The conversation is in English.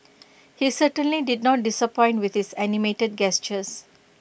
he certainly did not disappoint with his animated gestures